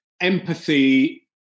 empathy